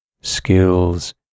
skills